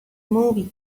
movie